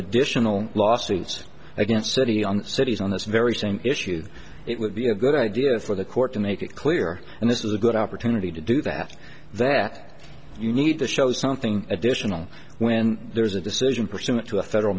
additional lawsuits against city on cities on this very same issue it would be a good idea for the court to make it clear and this is a good opportunity to do that that you need to show something additional when there's a decision pursuant to a federal